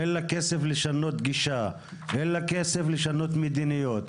אין לה כסף לשנות גישה ואין לה כסף לשנות מדיניות.